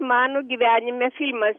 mano gyvenime filmas